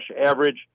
average